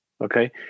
okay